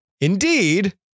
Indeed